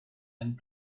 and